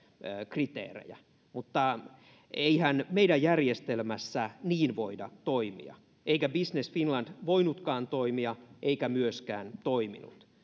kriteerejä mutta eihän meidän järjestelmässämme niin voida toimia eikä business finland voinutkaan toimia eikä myöskään toiminut